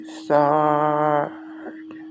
start